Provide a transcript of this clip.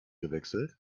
gewechselt